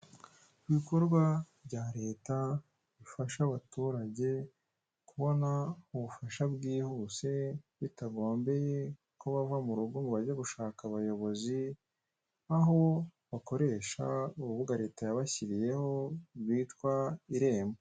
Ibikorwa bya leta bifasha abaturage kubona ubufasha bwihuse bitagombeye ko bava mu rugo ngo bajye gushaka abayobozi aho bakoresha urubuga leta yabashyiriyeho rwitwa rw'irembo.